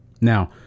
Now